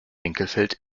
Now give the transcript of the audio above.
winkelfeld